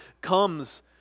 comes